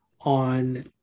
on